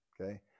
Okay